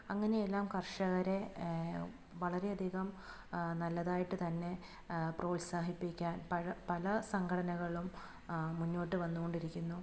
അങ്ങനെയെല്ലാം കർഷകരെ വളരെയധികം നല്ലതായിട്ട് തന്നെ പ്രോത്സാഹിപ്പിക്കാൻ പഴ പല സംഘടനകളും മുന്നോട്ട് വന്നുകൊണ്ടിരിക്കുന്നു